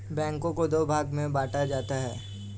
बैंकों को दो भागों मे बांटा जाता है